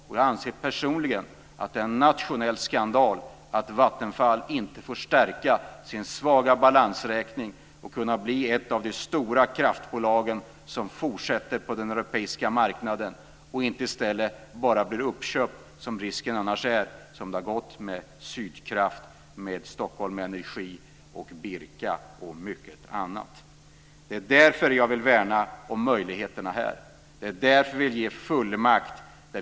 Jag anser personligen att det är en nationell skandal att Vattenfall inte får stärka sin svaga balansräkning och kunna bli ett av de stora kraftbolag som fortsätter på den europeiska marknaden i stället för att bara bli uppköpt, vilket risken annars är och som det har gått med Sydkraft, med Stockholm Energi och Det är därför jag vill värna om möjligheterna här. Det är därför vi vill ge fullmakt.